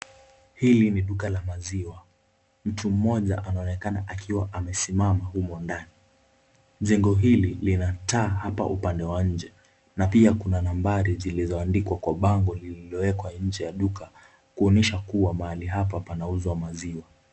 Hili ni duka la maziwa. Mtu mmoja anaonekana akiwa amesimama humo ndani. Jengo hili lina taa hapa upande wa nje na pia kuna nambari zilizoandikwa kwa bango lililowekwa nje ya duka kuonyesha kuwa mahali hapa panauzwa maziwa.